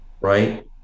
right